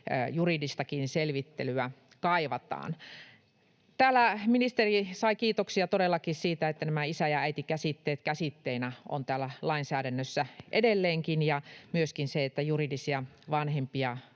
juridistakin selvittelyä kaivataan. Täällä ministeri sai kiitoksia todellakin siitä, että nämä isä- ja äiti-käsitteet käsitteinä ovat täällä lainsäädännössä edelleenkin, ja myöskin siitä, että juridisia vanhempia